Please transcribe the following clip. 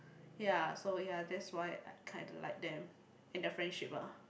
ya so ya that's why I kinda like them and their friendship ah